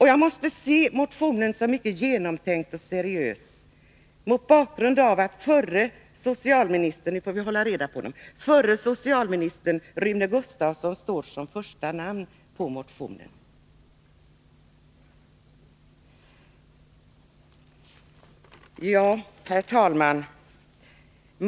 Jag måste se denna motion som mycket genomtänkt och seriös mot bakgrund av att förre socialministern — nu måste vi hålla reda på dem — Rune Gustavsson står som första namn på motionen. Herr talman!